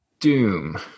doom